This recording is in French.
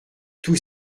tous